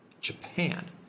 Japan